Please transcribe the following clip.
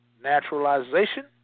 naturalization